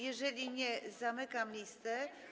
Jeżeli nie, zamykam listę.